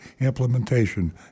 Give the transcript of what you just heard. implementation